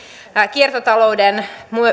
kiertotalouden